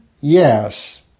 yes